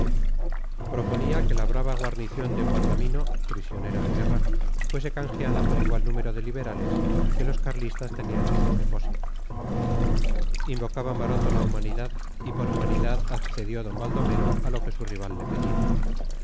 proponía que la brava guarnición de guardamino prisionera de guerra fuese canjeada por igual número de liberales que los carlistas tenían en sus depósitos invocaba maroto la humanidad y por humanidad accedió d baldomero a lo que su rival le pedía